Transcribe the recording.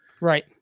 right